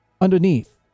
underneath